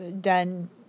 done